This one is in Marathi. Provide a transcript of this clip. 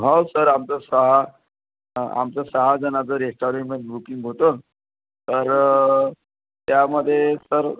हो सर आमचं सहा आमचं सहाजणाचं रेस्टॉरेंटमध्ये बुकिंग होतं तर त्यामध्ये सर